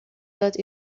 داده